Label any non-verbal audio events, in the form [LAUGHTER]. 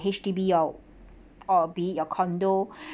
H_D_B or be it your condo [BREATH]